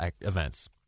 events